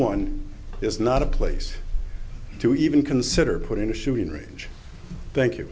one is not a place to even consider putting a shooting range thank you